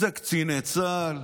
אלה קציני צה"ל,